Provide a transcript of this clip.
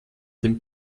dem